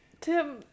Tim